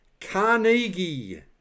Carnegie